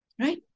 right